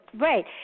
Right